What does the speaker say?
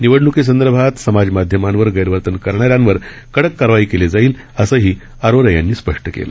निवडणूकीसंदर्भात समाज माध्यमांवर गैरवर्तन करणाऱ्यांवर कडक कारवाई केली जाईल असंही अरोरा यांनी स्पष्ट केलं